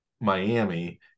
Miami